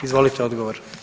Izvolite odgovor.